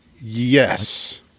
yes